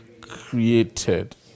Created